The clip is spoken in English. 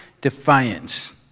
defiance